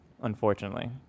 unfortunately